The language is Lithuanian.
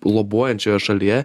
globojančioje šalyje